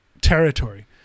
territory